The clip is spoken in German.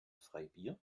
freibier